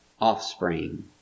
offspring